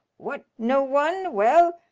what, no one? well,